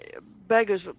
beggars